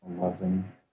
Eleven